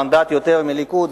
מנדט יותר מהליכוד,